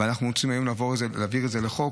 אבל אנחנו רוצים היום להעביר את זה לחוק.